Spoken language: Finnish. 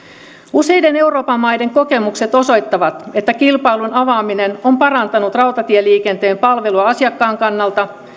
useiden euroopan maiden kokemukset osoittavat että kilpailun avaaminen on parantanut rautatieliikenteen palvelua asiakkaan kannalta